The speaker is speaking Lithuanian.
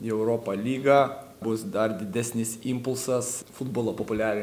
į europa lygą bus dar didesnis impulsas futbolo populiari